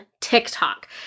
TikTok